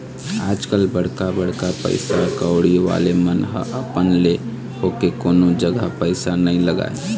आजकल बड़का बड़का पइसा कउड़ी वाले मन ह अपन ले होके कोनो जघा पइसा नइ लगाय